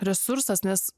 resursas nes